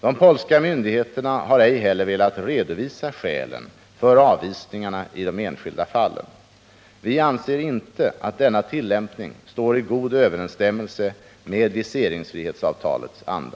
De polska myndigheterna har ej heller velat redovisa skälen för avvisningarna i de enskilda fallen. Vi anser inte att denna tillämpning står i god överensstämmelse med viseringsfrihetsavtalets anda.